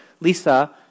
Lisa